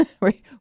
right